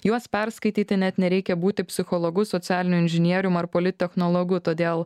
juos perskaityti net nereikia būti psichologu socialiniu inžinierium ar politechnologu todėl